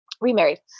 remarried